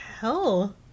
hell